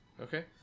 Okay